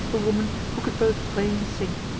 a woman who could both play and sing.